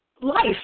life